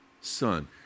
son